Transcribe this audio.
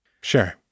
Sure